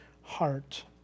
heart